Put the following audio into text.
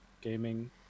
Gaming